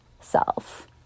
self